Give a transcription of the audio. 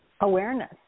awareness